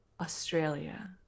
Australia